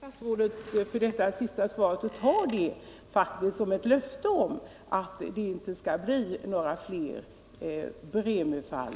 Herr talman! Jag tackar statsrådet för vad han nu sade och tar det som ett löfte om att det inte skall bli några fler Bremönfall.